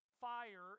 fire